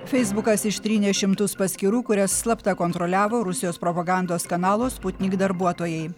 feisbukas ištrynė šimtus paskyrų kurias slapta kontroliavo rusijos propagandos kanalo sputnik darbuotojai